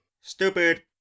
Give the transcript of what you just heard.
Stupid